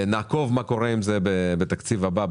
נעקוב מה קורה עם זה בתקציב הבא,